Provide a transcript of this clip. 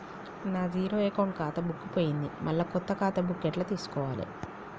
నా zero account ఖాతా book పోయింది మళ్ళా కొత్త ఖాతా బుక్కు ఎట్ల తీసుకోవాలే?